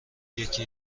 یکی